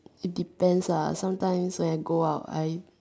it depends ah sometimes when I go out I